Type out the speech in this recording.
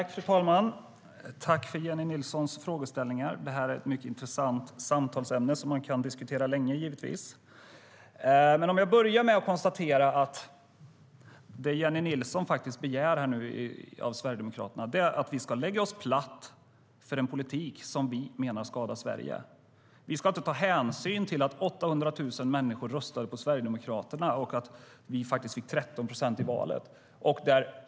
Fru talman! Jag tackar för Jennie Nilssons frågor. Detta är ett mycket intressant samtalsämne som man givetvis kan diskutera länge. Jag ska börja med att konstatera att det som Jennie Nilsson nu faktiskt begär av Sverigedemokraterna är att vi ska lägga oss platt för en politik som vi menar skadar Sverige. Vi ska inte ta hänsyn till att 800 000 människor röstade på Sverigedemokraterna och att vi faktiskt fick 13 procent av rösterna i valet.